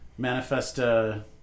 Manifesta